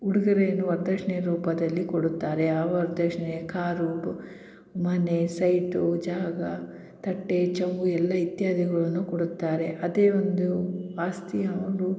ಉಡ್ಗೊರೆಯನ್ನು ವರದಕ್ಷ್ಣೆ ರೂಪದಲ್ಲಿ ಕೊಡುತ್ತಾರೆ ಆ ವರದಕ್ಷ್ಣೆಯ ಕಾರು ಬ ಮನೆ ಸೈಟು ಜಾಗ ತಟ್ಟೆ ಚೊಂಬು ಎಲ್ಲ ಇತ್ಯಾದಿಗಳನ್ನು ಕೊಡುತ್ತಾರೆ ಅದೇ ಒಂದು ಆಸ್ತಿಯಾದ್ರು